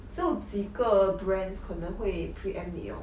只有几个 brands 可能会 pre-empt 你 lor